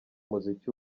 muziki